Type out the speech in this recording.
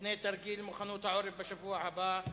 לפני תרגיל מוכנות העורף בשבוע הבא,